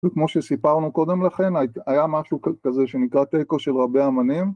וכמו שסיפרנו קודם לכן, היה משהו כזה שנקרא תיקו של רבי־אומנים